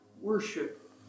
worship